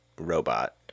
robot